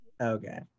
Okay